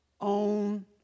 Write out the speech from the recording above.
own